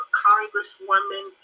congresswoman